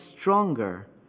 stronger